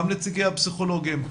גם נציגי הפסיכולוגים,